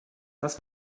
das